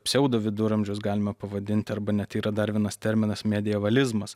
pseudoviduramžius galima pavadinti arba net yra dar vienas terminas medievalizmas